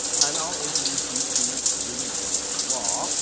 and i'll introduce you to lumiere's law,